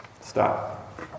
stop